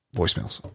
voicemails